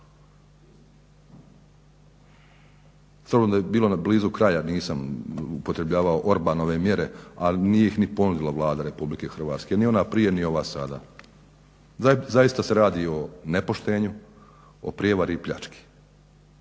S obzirom da je bilo blizu kraja nisam upotrebljavao orbanove mjere, ali nije ih ni ponudila Vlada Republike Hrvatske, ni ona prije ni ova sada. Da, zaista se radi o nepoštenju, o prijevari i pljački.